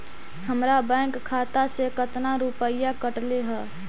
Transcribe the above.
हमरा बैंक खाता से कतना रूपैया कटले है?